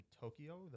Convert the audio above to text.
Tokyo